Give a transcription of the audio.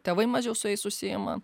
tėvai mažiau su jais užsiima